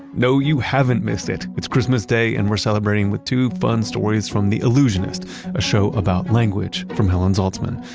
you know you haven't missed it. it's christmas day and we're celebrating with two fun stories from the allusionist a show about language from helen zaltzman.